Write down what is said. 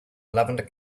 lavender